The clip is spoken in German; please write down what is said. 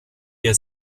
der